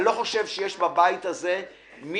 אני לא חושב שיש בבית הזה מישהו